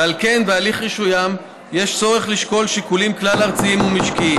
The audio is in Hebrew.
ועל כן בהליך רישוים יש צורך לשקול שיקולים כלל-ארציים ומשקיים,